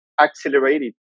accelerated